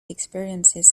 experiences